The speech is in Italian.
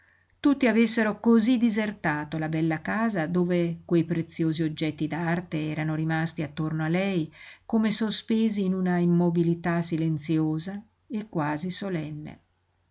tutti avessero cosí disertato la bella casa dove quei preziosi oggetti d'arte erano rimasti attorno a lei come sospesi in una immobilità silenziosa e quasi solenne